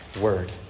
word